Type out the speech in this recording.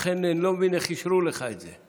לכן אני לא מבין איך אישרו לך את זה.